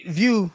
view